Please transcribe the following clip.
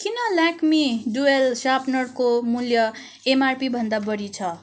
किन लेक्मी डुएल सार्पनरको मूल्य एमआरपीभन्दा बढी छ